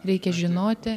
reikia žinoti